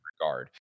regard